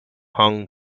hung